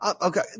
Okay